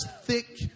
thick